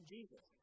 Jesus